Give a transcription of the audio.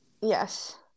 Yes